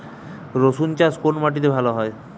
রুসুন চাষ কোন মাটিতে ভালো হয়?